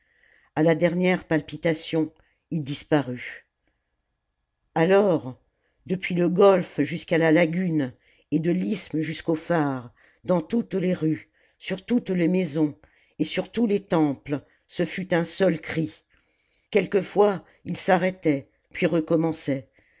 à la dernière palpitation d disparut alors depuis le golfe jusqu'à la lagune et de l'isthme jusqu'au phare dans toutes les rues sur toutes les maisons et sur tous les temples ce fut un seul cri quelquefois il s'arrêtait puis recommençait